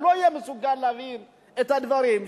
שלא יהיה מסוגל להבין את הדברים,